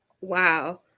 Wow